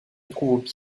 trouvent